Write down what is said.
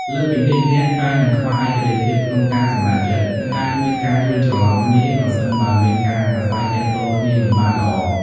លើសពីនេះ អ្នកអាចនឹងខ្វះឯករាជ្យភាពក្នុងការសម្រេចចិត្ត និងអាចមានការយល់ច្រឡំគ្នា ប្រសិនបើមានការប្រាស្រ័យទាក់ទងគ្នាមិនបានល្អ។